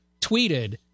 tweeted